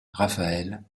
raphaëlle